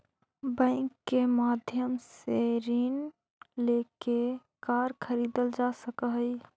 bank के माध्यम से ऋण लेके कार खरीदल जा सकऽ हइ